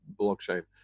blockchain